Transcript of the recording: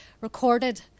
recorded